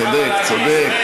צודק.